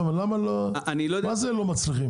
מה זה "לא מצליחים"?